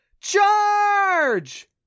CHARGE